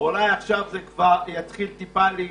אני מקווה שעכשיו זה יתחיל להתאושש.